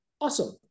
awesome